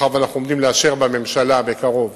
מאחר שאנחנו עומדים לאשר בממשלה בקרוב